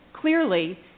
clearly